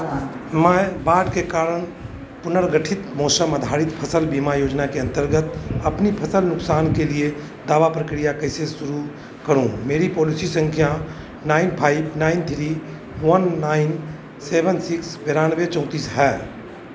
मैं बाढ़ के कारण पुनर्गठित मौसम आधारित फ़सल बीमा योजना के अंतर्गत अपनी फ़सल नुकसान के लिए दावा प्रक्रिया कैसे शुरू करूँ मेरी पॉलिसी संख्या nine five nine three one nine एसवाँ सिक्स बिरानबे चौंतीस है